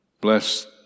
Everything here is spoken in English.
Bless